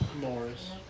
Morris